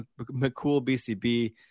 McCoolBCB